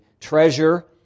treasure